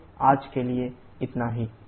तो आज के लिए इतना ही